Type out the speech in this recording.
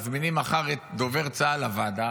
מזמינים מחר את דובר צה"ל לוועדה,